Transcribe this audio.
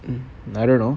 mm I don't know